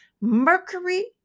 Mercury